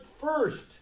first